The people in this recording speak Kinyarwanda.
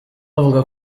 avuga